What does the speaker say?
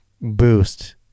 boost